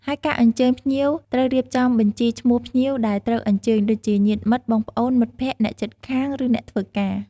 ហើយការអញ្ជើញភ្ញៀវត្រូវរៀបចំបញ្ជីឈ្មោះភ្ញៀវដែលត្រូវអញ្ជើញ ដូចជា ញាតិមិត្ត បងប្អូន មិត្តភក្តិ អ្នកជិតខាង និងអ្នកធ្វើការ។